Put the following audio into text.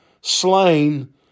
slain